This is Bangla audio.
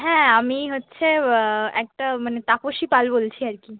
হ্যাঁ আমি হচ্ছে একটা মানে তাপসী পাল বলছি আর কি